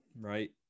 right